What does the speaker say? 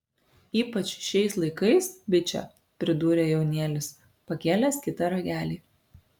ypač šiais laikais biče pridūrė jaunėlis pakėlęs kitą ragelį